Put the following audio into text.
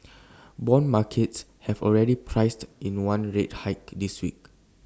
Bond markets have already priced in one rate hike this week